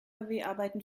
arbeiten